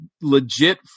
legit